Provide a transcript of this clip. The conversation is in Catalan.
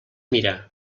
mirar